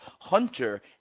Hunter